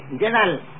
general